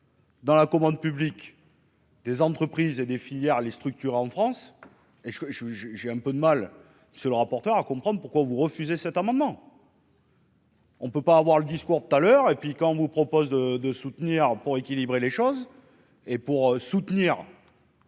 Dans la commande publique. Des entreprises et des filières, les structures en France et ce que je j'ai j'ai un peu de mal ce le rapporteur à comprendre pourquoi vous refusez cet amendement. On ne peut pas avoir le discours tout à l'heure et puis quand vous propose de de soutenir pour équilibrer les choses et pour soutenir.